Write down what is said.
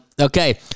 Okay